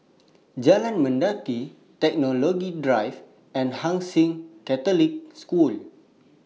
Jalan Mendaki Technology Drive and Hai Sing Catholic School